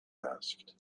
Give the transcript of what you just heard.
asked